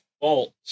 fault